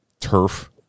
turf